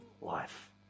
life